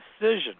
decision